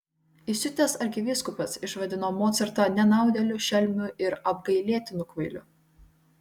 įsiutęs arkivyskupas išvadino mocartą nenaudėliu šelmiu ir apgailėtinu kvailiu